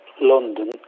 London